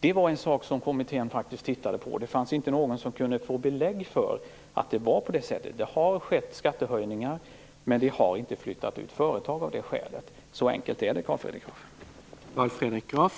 Detta var något som kommittén faktiskt tittade på. Ingen kunde få belägg för att det var på det sättet. Det har skett skattehöjningar, men inga företag har flyttat ut av det skälet. Så enkelt är det, Carl Fredrik Graf.